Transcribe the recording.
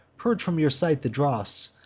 purge from your sight the dross,